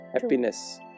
happiness